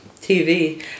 TV